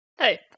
Hey